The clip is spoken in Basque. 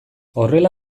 horrela